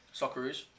Socceroos